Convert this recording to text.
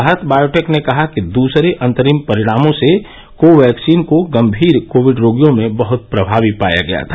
Bharat Biotech ने कहा कि दूसरे अंतरिम परिणामों से कोवैक्सीन को गंभीर कोविड रोगियों में बहुत प्रभावी पाया गया था